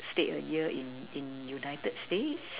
stayed a year in in united states